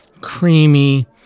creamy